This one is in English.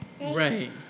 right